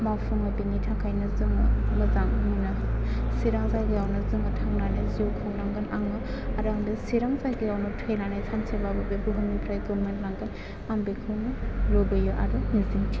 मावफुङो बेनि थाखायनो जोङो मोजां मोनो चिरां जायगायावनो जों थांनानै जिउ खुंनांगोन आङो आरो आं बे चिरां जायगायावनो थैनानै सानसेबाबो बे बुहुमनिफ्राय गोमालांगोन आं बेखौनो लुबैयो आरो मिजिं थियो